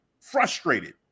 frustrated